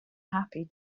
happy